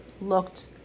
looked